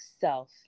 self